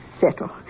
settle